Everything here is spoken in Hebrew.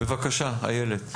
בבקשה, איילת.